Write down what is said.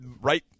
right